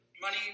money